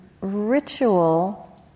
ritual